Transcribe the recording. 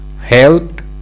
helped